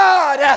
God